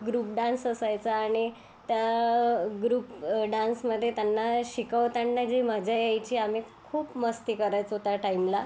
group dance असायचा आणि त्या ग्रुप डान्समध्ये त्यांना शिकवताना जी मजा यायची आम्ही खूप मस्ती करायचो त्या टाईमला